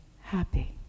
happy